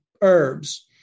herbs